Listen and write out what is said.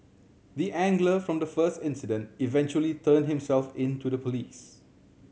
the angler from the first incident eventually turned himself in to the police